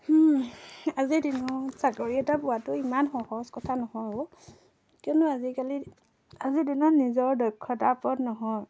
আজিৰ দিনো চাকৰি এটা পোৱাতো ইমান সহজ কথা নহয় কিয়নো আজিকালি আজিৰ দিনত নিজৰ দক্ষতাৰ ওপৰত নহয়